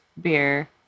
beer